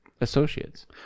associates